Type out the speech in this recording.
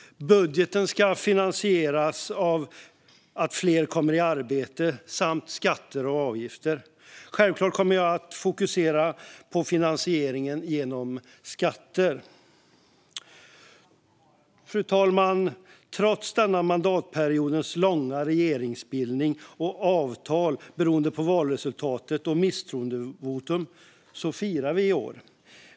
Budgeten ska finansieras av att fler kommer i arbete samt av skatter och avgifter. Självklart kommer jag här att fokusera på finansieringen genom skatter. Fru talman! Trots denna mandatperiods långdragna regeringsbildning, avtal beroende på valresultatet och misstroendevotum firar vi i år.